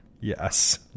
Yes